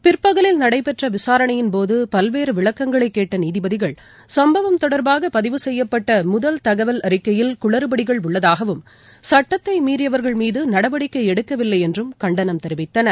பிற்பகலில் நடைபெற்றவிசாரணையின்போது பல்வேறுவிளக்கங்களைகேட்டநீதிபதிகள் சம்பவம் தொடர்பாகபதிவு செய்யப்பட்டமுதல் தகவல் அறிக்கையில் குளறுபடிகள் உள்ளதாகவும் சுட்டத்தைமீறியவர்கள் மீதுநடவடிக்கைஎடுக்கவில்லைஎன்றும் கண்டனம் தெரிவித்தனர்